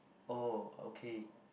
oh okay